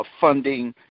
funding